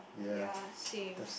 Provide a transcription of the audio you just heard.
ya same